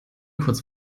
kurz